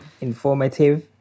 informative